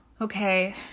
okay